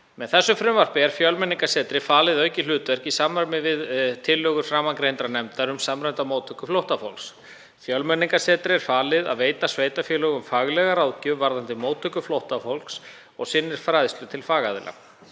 Með frumvarpinu er Fjölmenningarsetri falið aukið hlutverk í samræmi við tillögur nefndar um samræmda móttöku flóttafólks. Fjölmenningarsetri er falið að veita sveitarfélögum faglega ráðgjöf varðandi móttöku flóttafólks og sinnir fræðslu til fagaðila.